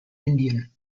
indian